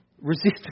Resistance